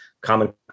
common